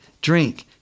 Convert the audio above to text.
drink